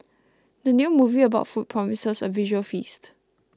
the new movie about food promises a visual feast